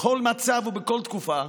בכל מצב ובכל תקופה,